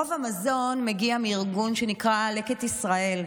רוב המזון מגיע מארגון שנקרא "לקט ישראל",